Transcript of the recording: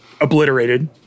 obliterated